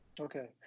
Okay